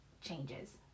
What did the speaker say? changes